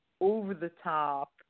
over-the-top